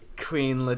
Queen